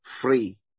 free